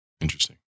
Interesting